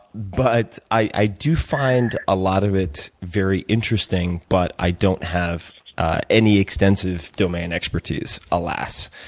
but i do find a lot of it very interesting. but i don't have any extensive domain expertise, alas.